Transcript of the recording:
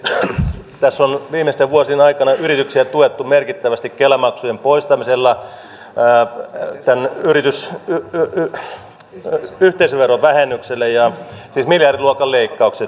tässä on viimeisten vuosien aikana yrityksiä tuettu merkittävästi kela maksujen poistamisella tämän yhteisöveron vähennyksellä siis miljardiluokan leikkauksia tehty